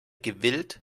gewillt